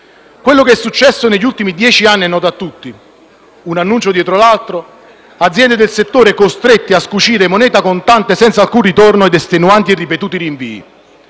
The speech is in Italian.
Quello che è successo negli ultimi dieci anni è noto a tutti: un annuncio dietro l'altro, aziende del settore costrette a scucire moneta contante senza alcun ritorno, ed estenuanti e ripetuti rinvii.